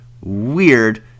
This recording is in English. weird